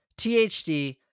THD